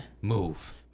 move